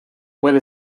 puede